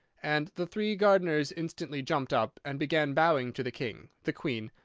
and the three gardeners instantly jumped up, and began bowing to the king, the queen,